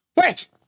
wait